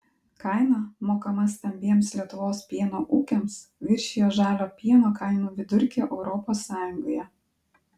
kaina mokama stambiems lietuvos pieno ūkiams viršijo žalio pieno kainų vidurkį europos sąjungoje